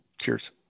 Cheers